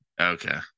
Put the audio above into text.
okay